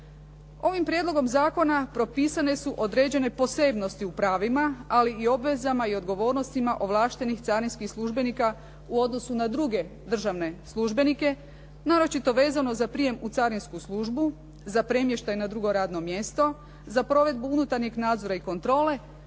Ovim prijedlogom zakona propisane su određene posebnosti u prvima ali i obvezama i odgovornostima ovlaštenih carinskih službenika u odnosu na druge državne službenike, naročito vezano za prijem u carinsku službu, za premještaj na drugo radno mjesto, za provedbu unutarnjeg nadzora i kontrole